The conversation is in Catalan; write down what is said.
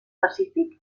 pacífic